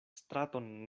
straton